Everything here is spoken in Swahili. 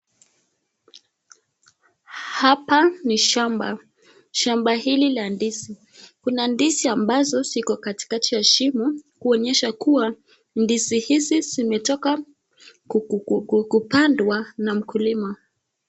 Hapa ni shamba, shamba hili la ndizi, kuna ndizi ambazo ziko katikati ya shimo kuonyesha liwa ,ndizi hizi zimetoka kupandwa na mkulima.